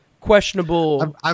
questionable